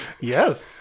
Yes